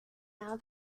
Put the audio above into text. now